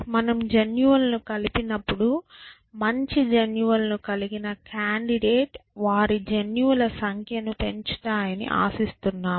మనము జన్యువులను కలిపినప్పుడు మంచి జన్యువులను కలిగిన కాండిడేట్ వారి జన్యువుల సంఖ్యను పెంచుతాయని ఆశిస్తున్నాము